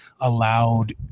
allowed